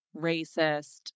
racist